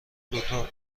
دوتا